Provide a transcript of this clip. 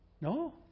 No